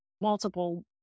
multiple